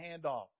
handoff